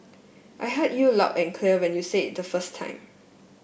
I heard you loud and clear when you said it the first time